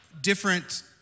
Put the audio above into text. different